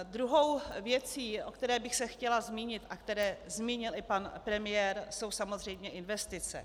Druhou věcí, o které bych se chtěla zmínit a kterou zmínil i pan premiér, jsou samozřejmě investice.